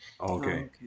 Okay